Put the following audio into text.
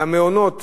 לתת למעונות